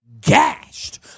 gashed